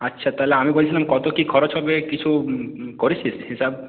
আচ্ছা তাহলে আমি বলছিলাম কত কি খরচ হবে কিছু করেছিস হিসাব